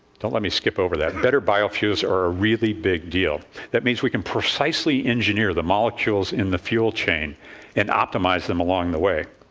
don't let me skip over that. better biofuels are a really big deal. that means we can precisely engineer the molecules in the fuel chain and optimize them along the way.